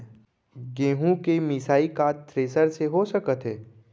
गेहूँ के मिसाई का थ्रेसर से हो सकत हे?